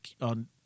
on